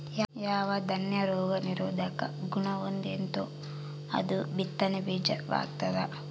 ಯಾವ ದಾನ್ಯ ರೋಗ ನಿರೋಧಕ ಗುಣಹೊಂದೆತೋ ಅದು ಬಿತ್ತನೆ ಬೀಜ ವಾಗ್ತದ